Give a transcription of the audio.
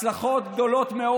הצלחות גדולות מאוד.